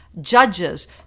judges